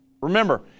Remember